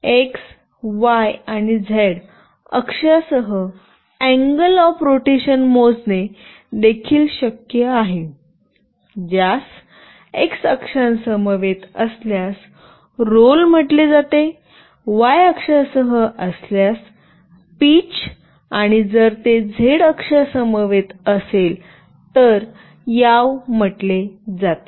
x y आणि z अक्षासह angle of rotation मोजणे देखील शक्य आहे ज्यास x अक्षांसमवेत असल्यास रोल म्हटले जाते y अक्षांसह असल्यास पीच आणि जर ते z अक्षांसमवेत असेल तर याव म्हटले जाते